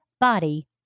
body